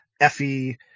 Effie